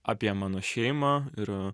apie mano šeimą ir